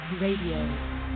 Radio